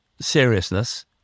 seriousness